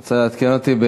את רוצה לעדכן אותי,